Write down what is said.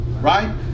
Right